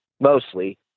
mostly